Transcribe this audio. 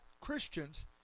Christians